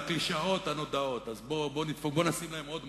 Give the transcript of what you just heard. לקלישאות הנודעות, בוא נשים להם עוד משהו,